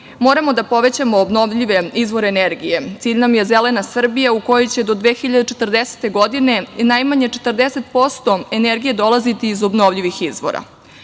da povećamo obnovljive izvore energije. Cilj nam je zelena Srbija u kojoj će do 2040. godine najmanje 40% energije dolaziti iz obnovljivih izvora.